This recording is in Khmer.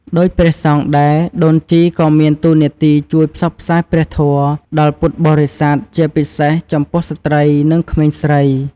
ដូចព្រះសង្ឃដែរ ដូនជីក៏មានតួនាទីជួយ ផ្សព្វផ្សាយព្រះធម៌ ដល់ពុទ្ធបរិស័ទ ជាពិសេសចំពោះស្ត្រី និងក្មេងស្រី។